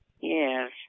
Yes